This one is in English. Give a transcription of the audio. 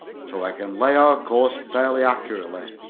so i can lay our course fairly accurately.